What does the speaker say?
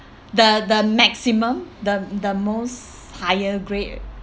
the the maximum the the most higher grade